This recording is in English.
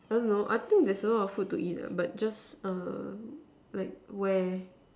I don't know I think there's a lot of food to eat lah but just err like where